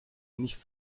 nicht